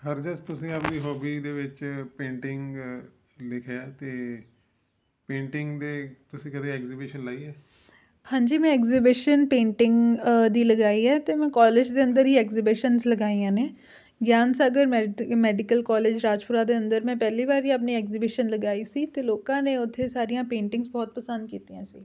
ਹਰਜਸ ਤੁਸੀਂ ਆਪਣੀ ਹੋਬੀ ਦੇ ਵਿੱਚ ਪੇਂਟਿੰਗ ਲਿਖਿਆ ਅਤੇ ਪੇਂਟਿੰਗ ਦੇ ਤੁਸੀਂ ਕਦੇ ਐਗਜ਼ੀਬਿਸ਼ਨ ਲਈ ਹੈ ਹਾਂਜੀ ਮੈਂ ਐਗਜ਼ੀਬਿਸ਼ਨ ਪੇਂਟਿੰਗ ਦੀ ਲਗਾਈ ਹੈ ਅਤੇ ਮੈਂ ਕੋਲਜ ਦੇ ਅੰਦਰ ਹੀ ਐਗਜ਼ੀਬੇਸ਼ਨਜ਼ ਲਗਾਈਆਂ ਨੇ ਗਿਆਨ ਸਾਗਰ ਮੈਡੀਕਲ ਕੋਲਜ ਰਾਜਪੁਰਾ ਦੇ ਅੰਦਰ ਮੈਂ ਪਹਿਲੀ ਵਾਰੀ ਆਪਣੀ ਐਗਜ਼ੀਬਿਸ਼ਨ ਲਗਾਈ ਸੀ ਅਤੇ ਲੋਕਾਂ ਨੇ ਉਥੇ ਸਾਰੀਆਂ ਪੇਂਟਿੰਗਜ਼ ਬਹੁਤ ਪਸੰਦ ਕੀਤੀਆਂ ਸੀ